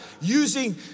using